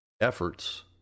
efforts